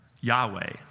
Yahweh